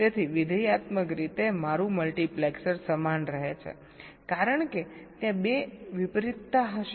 તેથી વિધેયાત્મક રીતે મારું મલ્ટિપ્લેક્સર સમાન રહે છે કારણ કે ત્યાં બે વિપરીતતા હશે